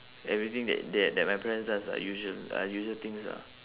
everything that that that my parents does are usual are usual things ah